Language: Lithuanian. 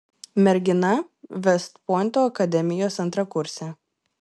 mergina vest pointo akademijos antrakursė